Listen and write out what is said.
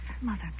Mother